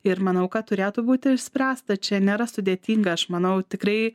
ir manau kad turėtų būti išspręsta čia nėra sudėtinga aš manau tikrai